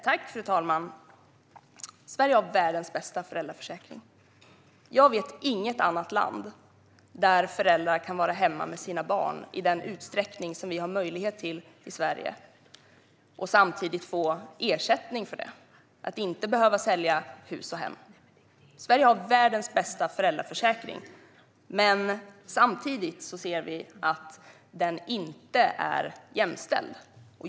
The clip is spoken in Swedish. Fru talman! Sverige har världens bästa föräldraförsäkring. Jag vet inget annat land där föräldrar kan vara hemma med sina barn i den utsträckning som vi har möjlighet till i Sverige, utan att behöva sälja hus och hem, och samtidigt få ersättning för det. Sverige har världens bästa föräldraförsäkring, men samtidigt ser vi att den inte är jämställd.